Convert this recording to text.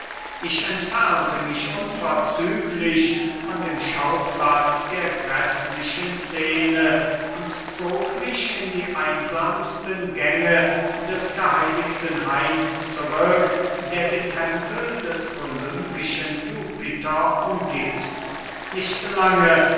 ich entfernte mich unverzüglich von dem schauplatz der gräßlichen scene und zog mich in die einsamsten gänge des geheiligten hains zurück der den tempel des olympischen jupiter umgiebt nicht lange